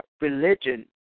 religion